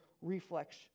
reflex